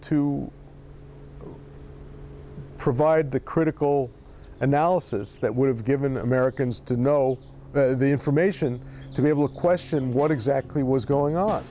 to provide the critical analysis that would have given americans to know the information to be able to question what exactly was going on